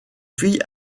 fille